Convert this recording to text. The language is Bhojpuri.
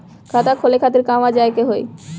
खाता खोले खातिर कहवा जाए के होइ?